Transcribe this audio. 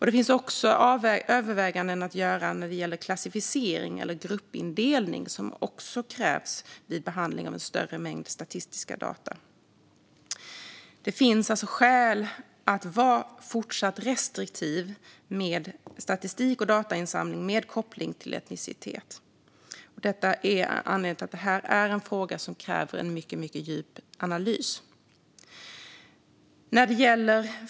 Det finns också överväganden att göra när det gäller klassificering eller gruppindelning, som också krävs vid behandling av en större mängd statistiska data. Det finns alltså skäl att vara fortsatt restriktiv med statistik och datainsamling med koppling till etnicitet. Detta är anledningen till att det här är en fråga som kräver en mycket djup analys.